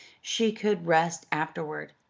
she could rest afterward.